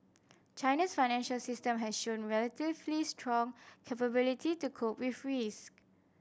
China's financial system has shown relatively strong capability to cope with risk